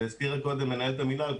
והזכירה קודם מנהלת המינהל,